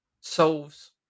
solves